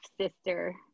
sister